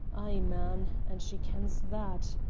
man, and she kens that?